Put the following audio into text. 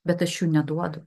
bet aš jų neduodu